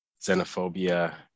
xenophobia